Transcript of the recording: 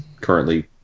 currently